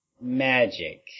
Magic